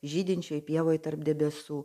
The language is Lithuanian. žydinčioj pievoj tarp debesų